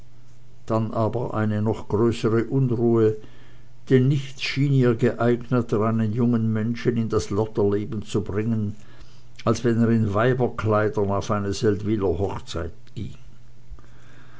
dann aber eine noch größere unruhe denn nichts schien ihr geeigneter einen jungen menschen in das lotterleben zu bringen als wenn er in weiberkleidern auf eine seldwyler hochzeit